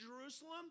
Jerusalem